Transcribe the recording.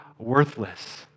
worthless